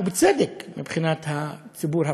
ובצדק מבחינת הציבור הפלסטיני.